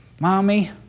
Mommy